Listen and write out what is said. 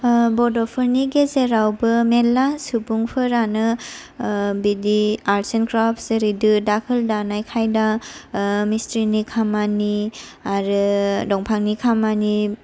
बड'फोरनि गेजेरावबो मेरला सुबुंफोरानो बिदि आर्टस एण्ड क्राफ्ट जेरै दो दाखोल दानाय खायदा मिस्ट्रिनि खामानि आरो दंफांनि खामानि